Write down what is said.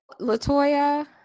Latoya